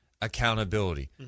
Accountability